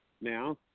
now